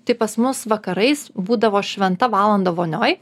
tai pas mus vakarais būdavo šventa valanda vonioj